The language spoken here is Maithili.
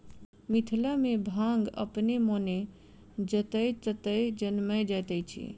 मिथिला मे भांग अपने मोने जतय ततय जनैम जाइत अछि